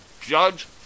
Judge